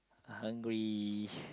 I hungry